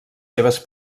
seves